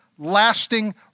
lasting